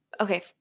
okay